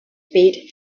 spade